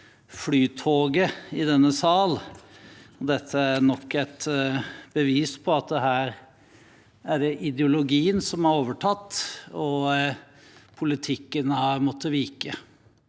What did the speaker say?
Flytoget i denne salen. Dette er nok et bevis på at det er ideologien som har overtatt her, og politikken har måttet vike.